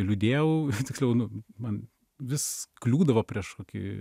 liūdėjau tiksliau nu man vis kliūdavo prieš kokį